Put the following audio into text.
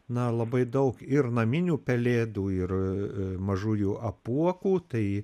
na labai daug ir naminių pelėdų ir mažųjų apuokų tai